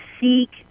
seek